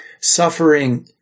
Suffering